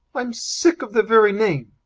i'm sick of the very name!